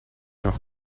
noch